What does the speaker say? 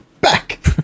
back